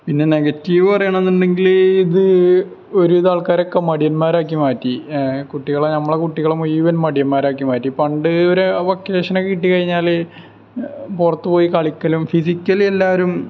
പിന്നെ നെഗറ്റീവ് പറയണമെന്നുണ്ടെങ്കിൽ ഇത് ഒരുവിധം ആൾക്കാരൊക്കെ മടിയന്മാരാക്കി മാറ്റി കുട്ടികളെ നമ്മളുടെ കുട്ടികളെ മുഴുവൻ മടിയാന്മാരാക്കി മാറ്റി പണ്ട് ഒരു വെക്കേഷനക്കെ കിട്ടി കഴിഞ്ഞാൽ പുറത്ത് പോയി കളിക്കലും ഫിസിക്കല് എല്ലാവരും